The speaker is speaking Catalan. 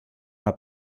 una